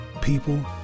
people